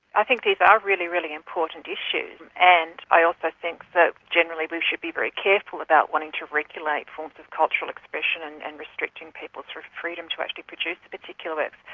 i think these are really, really important issues, and i also think that generally we should be very careful about wanting to regulate forms of cultural expression and and restricting people's freedom to actually produce particular works.